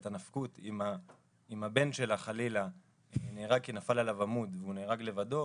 את הנפקות אם הבן שלה חלילה נהרג כי נפל עליו עמוד והוא נהרג לבדו,